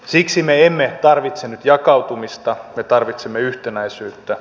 siksi me emme tarvitse nyt jakautumista me tarvitsemme yhtenäisyyttä